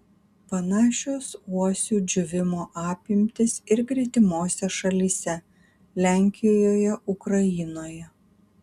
panašios uosių džiūvimo apimtys ir gretimose šalyse lenkijoje ukrainoje